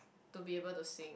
to be able to sing